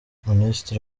ministri